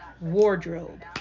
wardrobe